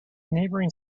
neighboring